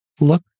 look